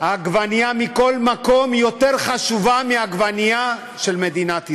עגבנייה מכל מקום יותר חשובה מעגבנייה של מדינת ישראל.